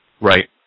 Right